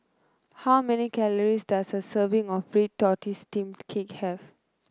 how many calories does a serving of Red Tortoise Steamed Cake have